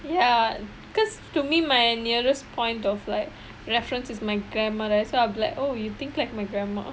ya because to me my nearest point of like reference is my grandma right so I'll be like oh you think like my grandma